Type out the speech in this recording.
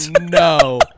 no